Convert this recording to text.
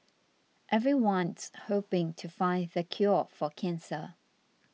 everyone's hoping to find the cure for cancer